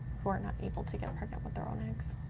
who are not able to get pregnant with their own eggs.